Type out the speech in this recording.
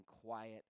quiet